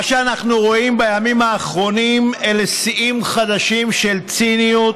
מה שאנחנו רואים בימים האחרונים זה שיאים חדשים של ציניות